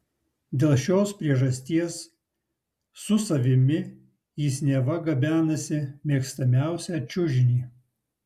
dėl šios priežasties su savimi jis neva gabenasi mėgstamiausią čiužinį